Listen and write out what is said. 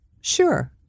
sure